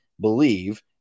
believe